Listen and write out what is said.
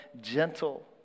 gentle